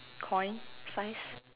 coin size